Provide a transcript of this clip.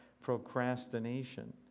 procrastination